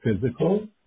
physical